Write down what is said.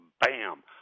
bam